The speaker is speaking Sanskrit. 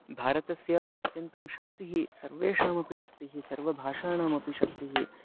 भारतस्य अत्यन्तं शक्तिः सर्वेषामपि शक्तिः सर्वभाषाणामपि शक्तिः